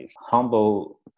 Humble